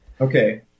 Okay